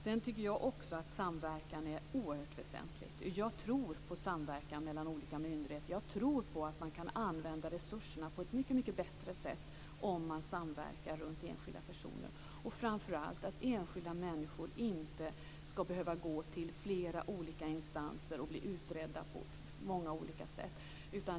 Jag tycker också att det är oerhört väsentligt med samverkan. Jag tror på samverkan mellan olika myndigheter. Jag tror på att man kan använda resurserna på ett mycket bättre sätt om man samverkar runt enskilda personer. Framför allt skall enskilda människor inte behöva gå till flera olika instanser och bli utredda på många olika sätt.